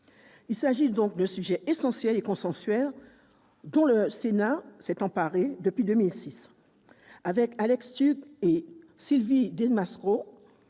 Il s'agit d'un sujet essentiel et consensuel, dont le Sénat s'est emparé depuis 2006, avec Alex Türk et Sylvie Desmarescaux,